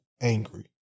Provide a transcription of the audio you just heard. angry